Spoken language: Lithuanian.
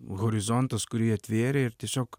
horizontas kurį atvėrė ir tiesiog